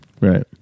right